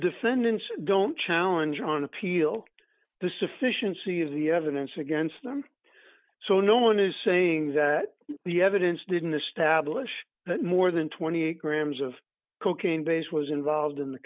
defendants don't challenge on appeal the sufficiency of the evidence against them so no one is saying that the evidence didn't establish that more than twenty grams of cocaine base was involved in the